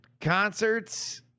concerts